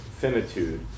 finitude